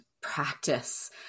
practice